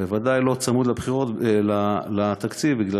בוודאי לא צמוד לתקציב, כי,